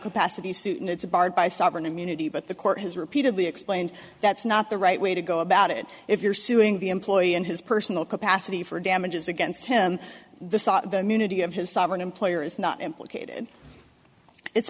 capacity suit and it's barred by sovereign immunity but the court has repeatedly explained that's not the right way to go about it if you're suing the employee in his personal capacity for damages against him the immunity of his sovereign employer is not implicated it's